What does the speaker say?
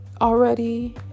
already